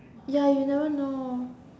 ya you never know